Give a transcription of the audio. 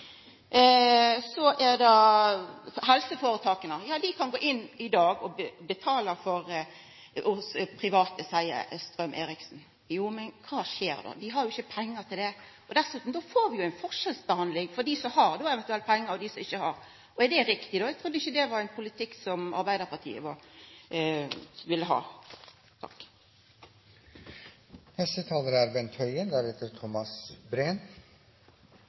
Så er det helseforetaka: Ja, dei kan gå inn i dag og betala hos private, seier statsråd Strøm-Erichsen. Jo, men kva skjer då? Dei har jo ikkje pengar til det. Dessutan får vi jo då ei forskjellsbehandling mellom dei som eventuelt har pengar, og dei som ikkje har. Er det riktig, då? Eg trudde ikkje det var ein politikk som Arbeidarpartiet ville ha. Jeg forstår godt at representanten Thomas Breen er